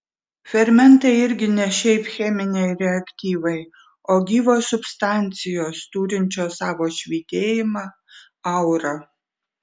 fermentai irgi ne šiaip cheminiai reaktyvai o gyvos substancijos turinčios savo švytėjimą aurą